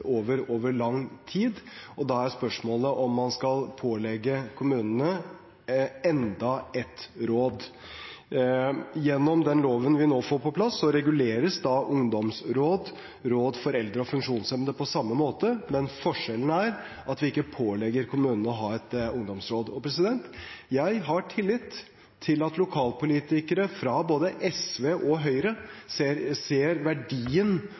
over lang tid, og da er spørsmålet om man skal pålegge kommunene enda et råd. Gjennom den loven vi nå får på plass, reguleres ungdomsråd, råd for eldre og for funksjonshemmede på samme måte, men forskjellen er at vi ikke pålegger kommunene å ha et ungdomsråd. Jeg har tillit til at lokalpolitikere – fra både SV og Høyre – ser verdien